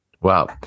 wow